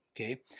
Okay